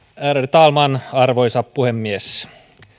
talman arvoisa puhemies